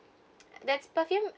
that's perfume